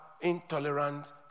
intolerant